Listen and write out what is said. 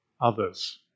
others